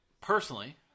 personally